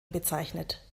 bezeichnet